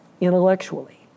intellectually